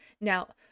Now